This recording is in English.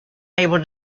able